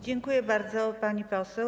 Dziękuję bardzo, pani poseł.